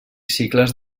cicles